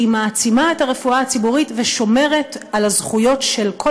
להעצים את הרפואה הציבורית ולשמור על הזכויות של כל